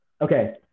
Okay